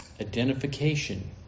Identification